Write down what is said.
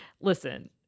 listen